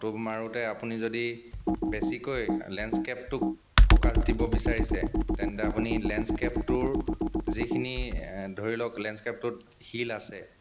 photo মাৰোঁতে আপুনি যদি বেছিকৈ লেণ্ডস্কেপটোক ফ'কাছ দিব বিচাৰিছে তেন্তে আপুনি লেণ্ডস্কেপটোৰ যিখিনি ধৰি লওক লেণ্ডস্কেপটোৰ শিল আছে